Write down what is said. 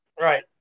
Right